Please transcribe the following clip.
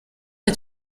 est